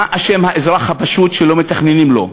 מה אשם האזרח הפשוט שלא מתכננים לו?